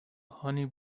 honey